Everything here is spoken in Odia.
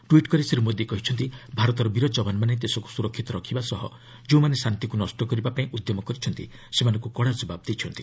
ଟ୍ୱିଟ୍ କରି ଶ୍ରୀ ମୋଦି କହିଛନ୍ତି ଭାରତର ବୀର ଯବାନମାନେ ଦେଶକୁ ସୁରକ୍ଷିତ ରଖିବା ସହ ଯେଉଁମାନେ ଶାନ୍ତିକୁ ନଷ୍ଟ କରିବାପାଇଁ ଉଦ୍ୟମ କରିଛନ୍ତି ସେମାନଙ୍କୁ କଡ଼ା କବାବ ଦେଇଛନ୍ତି